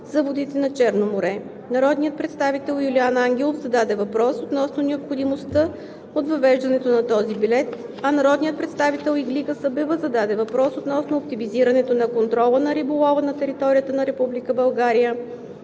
за водите на Черно море. Господин Юлиан Ангелов зададе въпрос относно необходимостта от въвеждането на този билет, а госпожа Иглика Събева зададе въпрос относно оптимизирането на контрола на риболова на територията на